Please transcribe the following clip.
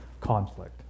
conflict